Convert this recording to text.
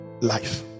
life